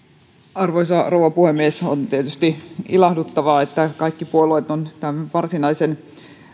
arvoisa rouva puhemies on tietysti ilahduttavaa että kaikki puolueet ovat tämän varsinaisen